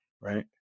right